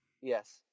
Yes